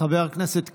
חבר הכנסת קיש.